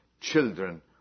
children